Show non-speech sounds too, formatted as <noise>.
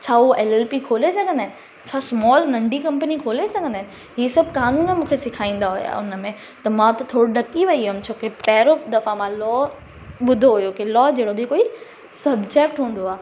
छा उहा L L P खोले सघंदा आहिनि छा स्मॉल नंढी कंपनी खोले सघंदा आहिनि हीउ सभु क़ानून खे सेखारींदा हुया उन में त मां त थोरो ॾकी वई हुअमि छोकी <unintelligible> माना लॉ ॿुधो हुयो की लॉ जहिड़ो बि कोई सब्जेक्ट हूंदो आहे